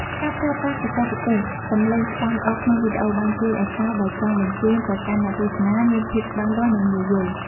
ការប្រើប្រាស់បច្ចេកទេសសំឡេងច្បាស់ល្អក្នុងវីដេអូបានជួយឱ្យសារដែលចង់បញ្ជូនទៅកាន់អ្នកទស្សនាមានភាពច្បាស់លាស់និងងាយយល់។